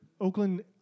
Oakland